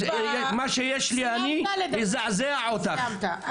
מה שיש לי יזעזע אותך,